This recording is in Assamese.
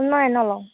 নাই নলওঁ